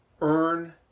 earn